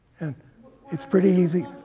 and it's pretty easy